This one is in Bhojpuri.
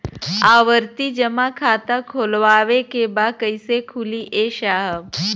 आवर्ती जमा खाता खोलवावे के बा कईसे खुली ए साहब?